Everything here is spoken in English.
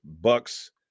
Bucks